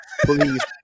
please